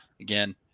again